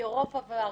מאירופה וארצות-הברית,